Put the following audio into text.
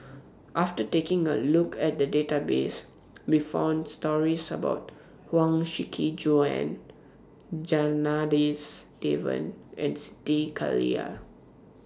after taking A Look At The Database We found stories about Huang Shiqi Joan Janadas Devan and Siti Khalijah